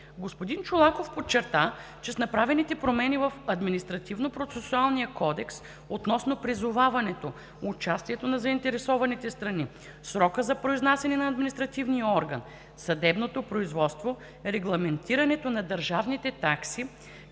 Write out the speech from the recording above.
Господин Чолаков подчерта, че с направените промени в Административнопроцесуалния кодекс относно призоваването, участието на заинтересованите страни, срокът за произнасяне на административния орган, съдебното производство, регламентирането на държавните такси,